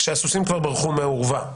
כשהסוסים כבר ברחו מהאורווה.